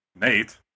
Nate